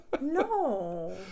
No